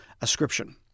ascription